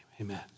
Amen